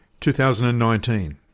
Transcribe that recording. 2019